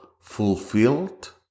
fulfilled